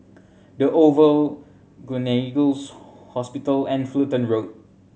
The Oval Gleneagles Hospital and Fullerton Road